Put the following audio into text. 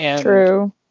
true